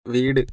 വീട്